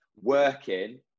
working